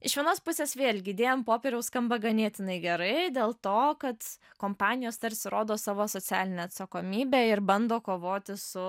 iš vienos pusės vėlgi idėja ant popieriaus skamba ganėtinai gerai dėl to kad kompanijos tarsi rodo savo socialinę atsakomybę ir bando kovoti su